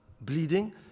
bleeding